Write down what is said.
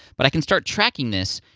but i can start tracking this,